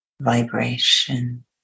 vibration